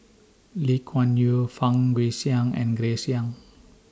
Lee Kuan Yew Fang Guixiang and Grace Young